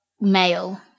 male